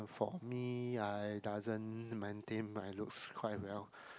for me I doesn't maintain my looks quite well